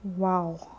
!wow!